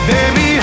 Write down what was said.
Baby